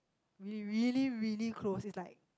we really really close is like